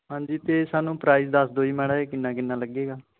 ਹਾਂਜੀ ਅਤੇ ਸਾਨੂੰ ਪ੍ਰਾਈਜ਼ ਦੱਸ ਦਿਓ ਜੀ ਮਾੜਾ ਜਿਹਾ ਕਿੰਨਾ ਕਿੰਨਾ ਲੱਗੇਗਾ